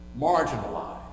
marginalized